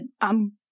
I'm-